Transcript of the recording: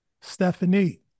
Stephanie